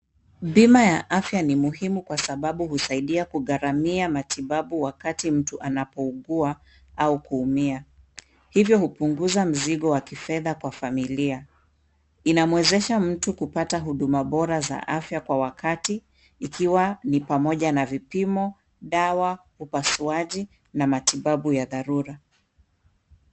Bima ya afya ni muhimu kwa sababu husaidia kugharamia matibabu wakati mtu anapougua au kuumia. Hivyo hupunguza mzigo wa kifedha kwa familia. Inamwezesha mtu kupata huduma bora za afya kwa wakati ikiwa ni pamoja na vipimo, dawa, upasuaji na matibabu ya dharura.